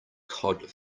cod